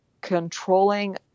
controlling